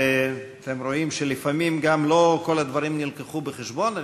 אתם רואים שלפעמים גם לא כל הדברים הובאו בחשבון.